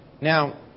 Now